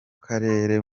karere